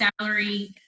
salary